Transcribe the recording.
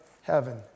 heaven